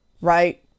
Right